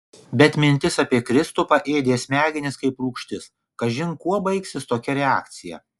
bet mintis apie kristupą ėdė smegenis kaip rūgštis kažin kuo baigsis tokia reakcija